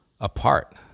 apart